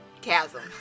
chasm